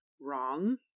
wrong